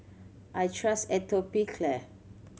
I trust Atopiclair